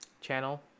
channel